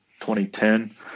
2010